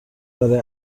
برای